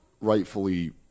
rightfully